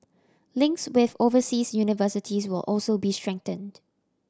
links with overseas universities will also be strengthened